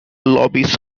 lobbies